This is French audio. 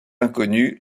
inconnue